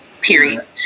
period